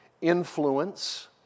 influence